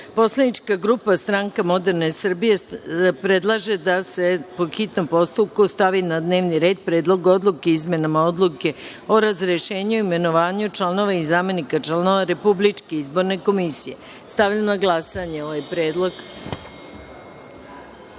predlog. Poslanička grupa Stranka moderne Srbije predložila je da se, po hitnom postupku, stavi na dnevni red Predlog odluke o izmenama Odluke o razrešenju i imenovanju članova i zamenika članova Republičke izborne komisije. Stavljam na glasanje ovaj